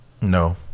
No